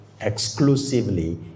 exclusively